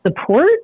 support